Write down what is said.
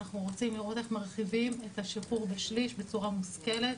אנחנו רוצים לראות איך מרחיבים את השחרור בשליש בצורה מושכלת.